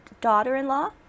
daughter-in-law